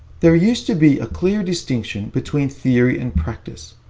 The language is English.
there used to be a clear distinction between theory and practice,